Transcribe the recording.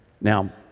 Now